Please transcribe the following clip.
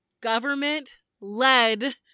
government-led